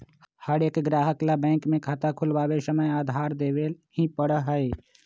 हर एक ग्राहक ला बैंक में खाता खुलवावे समय आधार देवे ही पड़ा हई